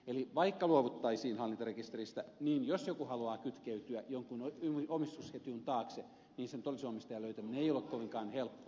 eli vaikka luovuttaisiin hallintarekisteristä niin jos joku haluaa kytkeytyä jonkun omistusketjun taakse sen todellisen omistajan löytäminen ei ole kovinkaan helppoa